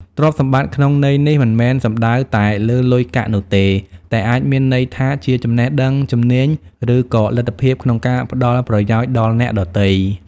ទ្រព្យសម្បត្តិក្នុងន័យនេះ មិនមែនសំដៅតែលើលុយកាក់នោះទេ តែអាចមានន័យថាជាចំណេះដឹង ជំនាញ ឬក៏លទ្ធភាពក្នុងការផ្តល់ប្រយោជន៍ដល់អ្នកដទៃ។